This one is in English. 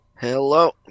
Hello